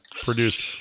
produced